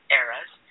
eras